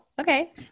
okay